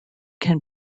can